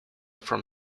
from